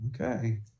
Okay